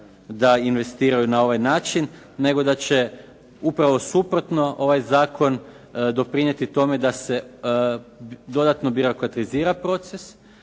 da investiraju na ovaj način. Nego da će upravo suprotno ovaj zakon doprinijeti tome da se dodatno birokratizira proces,